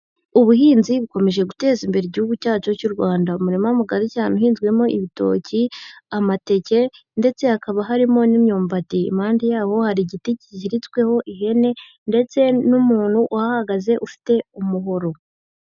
Ubuhinzi bukomeje guteza imbere igihugu cyacu cy'u Rwanda, umuma mugari cya uhinzwemo ibitoki amateke ndetse hakaba harimo n'imyumbati, impande yawo hari igiti kiziritsweho ihene ndetse n'umuntu uhahagaze ufite umuhoro.